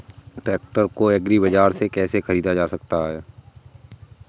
Tractor को agri बाजार से कैसे ख़रीदा जा सकता हैं?